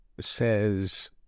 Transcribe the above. says